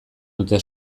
dute